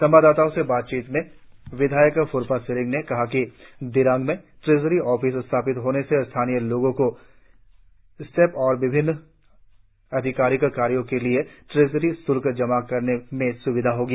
संवाददाताओं से बातचीत में विधायक फुरपा सेरिंग ने कहा कि दिरांग में ट्रेजरी ऑफिस स्थापित होने से स्थानीय लोगों को स्टैप और विभिन्न अधिकारिक कार्यों के लिए ट्रेजरी श्ल्क जमा करने में सुविधा होगी